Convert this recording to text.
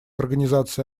организации